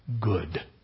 good